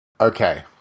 Okay